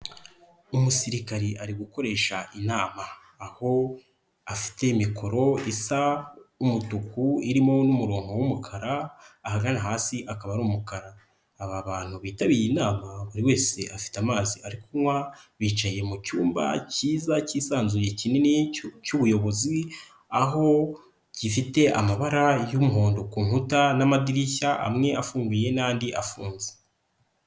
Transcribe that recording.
Umusirikare ari gukoresha inama aho afite mikoro isa umutuku irimo n'umurongo w'umukara ahaganara hasi ikaba ari umukara, aba bantu bitabiriye inama buri wese afite amazi ari kunywa bicaye mu cyumba cyiza cyisanzuye kinini cy'ubuyobozi aho gifite amabara y'umuhondo ku nkuta n'amadirishya amwe afunguye n'andi afunze.